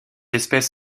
espèce